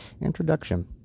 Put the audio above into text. introduction